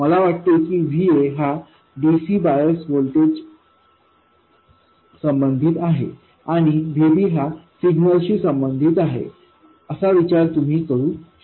मला वाटते की Va हा dc बायस व्होल्टेज संबंधित आहे आणि Vbहा सिग्नल शी संबंधित आहे असा विचार तुम्ही करू शकता